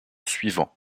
suivant